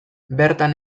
bertan